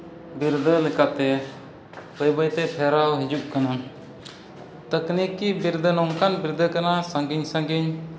ᱵᱤᱨᱫᱟᱹ ᱞᱮᱠᱟᱛᱮ ᱵᱟᱹᱭ ᱵᱟᱹᱭᱛᱮ ᱯᱷᱮᱨᱟᱣ ᱦᱤᱡᱩᱜ ᱠᱟᱱᱟ ᱛᱟᱹᱠᱱᱤᱠᱤ ᱵᱤᱨᱫᱟᱹ ᱱᱚᱝᱠᱟᱱ ᱵᱤᱨᱫᱟᱹ ᱠᱟᱱᱟ ᱥᱟᱺᱜᱤᱧ ᱥᱟᱺᱜᱤᱧ